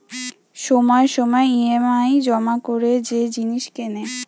সময়ে সময়ে ই.এম.আই জমা করে যে জিনিস কেনে